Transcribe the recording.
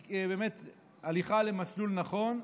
היא באמת הליכה למסלול נכון,